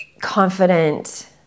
confident